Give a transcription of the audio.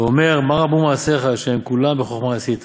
ואומר 'מה רבו מעשיך ה' כלם בחכמה עשית